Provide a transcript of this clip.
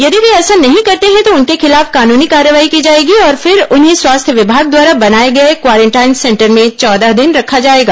यदि वे ऐसा नहीं करते हैं तो उनके खिलाफ कानूनी कार्रवाई की जाएगी और फिर उन्हें स्वास्थ्य विभाग द्वारा बनाए गए क्वारेंटाइन सेंटर में चौदह दिन रखा जाएगा